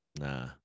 Nah